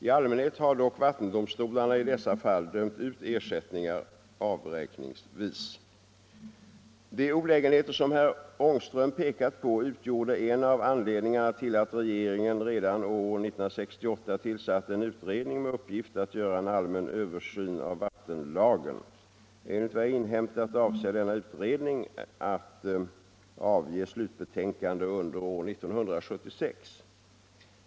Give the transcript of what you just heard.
I allmänhet har dock vattendomstolarna i dessa fall dömt ut ersättningar avräkningsvis. De olägenheter som herr Ångström pekat på utgjorde en av anledningarna till att regeringen redan år 1968 tillsatte en utredning med uppgift att göra en allmän översyn av vattenlagen. Enligt vad jag inhämtat avser denna utredning att avge slutbetänkande under år 1976.